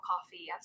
coffee